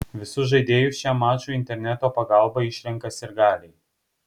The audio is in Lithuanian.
visus žaidėjus šiam mačui interneto pagalba išrenka sirgaliai